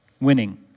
Winning